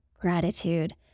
gratitude